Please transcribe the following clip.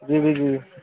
ଯିବି ଯିବି